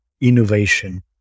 innovation